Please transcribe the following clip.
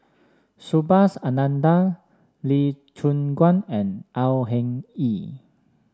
Subhas Anandan Lee Choon Guan and Au Hing Yee